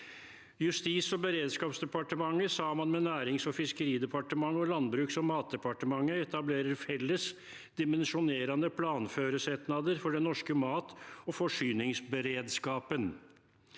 Justis- og beredskapsdepartementet saman med Nærings- og fiskeridepartementet og Landbruks- og matdepartementet etablerer felles dimensjonerande planføresetnader for den norske mat- og forsyningsberedskapen